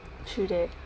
true that